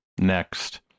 next